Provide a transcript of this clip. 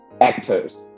actors